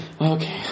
Okay